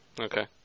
Okay